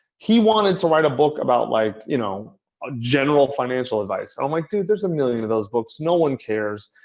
he wanted to write a book about like you know ah general financial advice. i'm like, dude, there's a million of those books. no one cares.